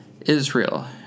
Israel